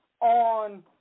on